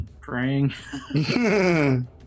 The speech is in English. Praying